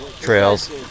trails